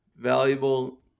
valuable